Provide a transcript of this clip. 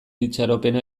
itxaropena